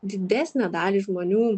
didesnę dalį žmonių